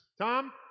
Tom